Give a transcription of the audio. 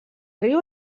riu